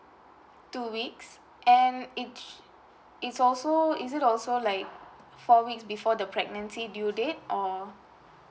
two weeks and it's it's also is it also like four weeks before the pregnancy due date or